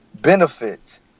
benefits